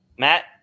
Matt